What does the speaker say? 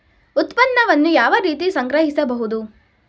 ಉತ್ಪನ್ನವನ್ನು ಯಾವ ರೀತಿ ಸಂಗ್ರಹಿಸಬಹುದು?